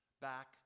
back